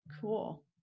Cool